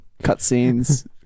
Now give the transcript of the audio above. cutscenes